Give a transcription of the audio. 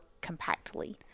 compactly